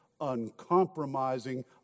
uncompromising